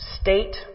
state